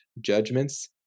judgments